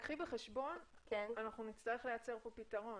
רק קחי בחשבון שאנחנו נצטרך לייצר פה פתרון.